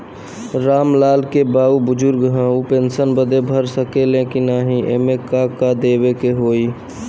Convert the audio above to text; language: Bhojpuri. राम लाल के बाऊ बुजुर्ग ह ऊ पेंशन बदे भर सके ले की नाही एमे का का देवे के होई?